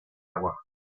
agua